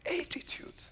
attitude